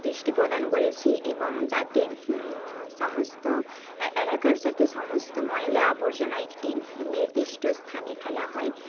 দৃষ্টি প্রদান করেছি এবং যাতে সমস্ত এলাকার সাথে সমস্ত ময়লা আবর্জনা একটি নির্দিষ্ট স্থানে ফেলা হয়